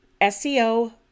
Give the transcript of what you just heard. SEO